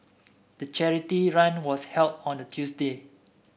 the charity run was held on a Tuesday